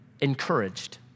encouraged